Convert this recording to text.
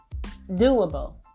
doable